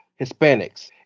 Hispanics